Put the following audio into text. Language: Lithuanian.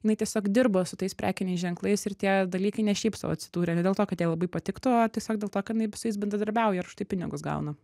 jinai tiesiog dirbo su tais prekiniais ženklais ir tie dalykai ne šiaip sau atsidūrė ne dėl to kad jai labai patiktų o tiesiog dėl to kad jinai b su jais bendradarbiauja ir už tai pinigus gauna